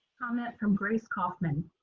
comment from grace coffman.